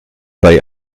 bei